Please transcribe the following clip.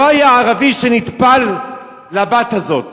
לא היה ערבי שנטפל לבת הזאת.